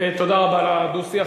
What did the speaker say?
תודה רבה לדו-שיח,